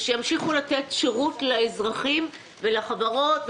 ושימשיכו לתת שרות לאזרחים ולחברות,